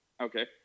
okay